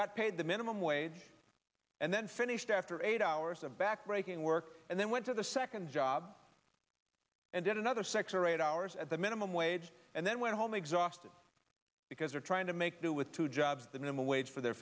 got paid the minimum wage and then finished after eight hours of back breaking work and then went to the second job and did another six or eight hours at the minimum wage and then went home exhausted because they're trying to make do with two jobs the minimum wage for their